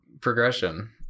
progression